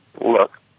look